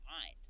mind